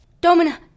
Domina